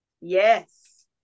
Yes